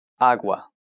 Agua